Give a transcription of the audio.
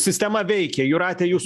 sistema veikia jūratė jūs